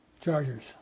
Chargers